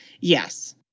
Yes